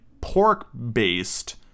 pork-based